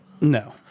No